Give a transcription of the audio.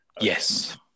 Yes